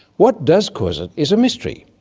what does cause it is a mystery.